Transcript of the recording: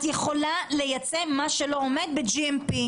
את יכולה לייצא מה שלא עומד ב-GMP.